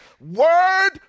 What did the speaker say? word